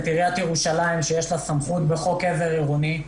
עיריית ירושלים שיש לה סמכות בחוק עזר עירוני,